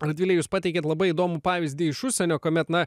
radvile jūs pateikėt labai įdomų pavyzdį iš užsienio kuomet na